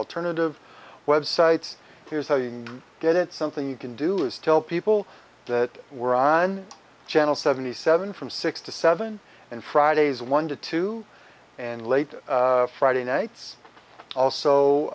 alternative websites here's how you get it something you can do is tell people that we're on channel seventy seven from six to seven and fridays one to two and late on friday nights also